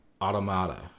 automata